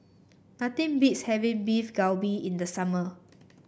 nothing beats having Beef Galbi in the summer